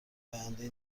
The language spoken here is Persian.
آیندهای